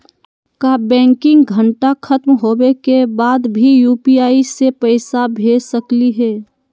का बैंकिंग घंटा खत्म होवे के बाद भी यू.पी.आई से पैसा भेज सकली हे?